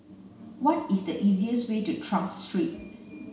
what is the easiest way to Tras Street